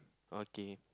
okay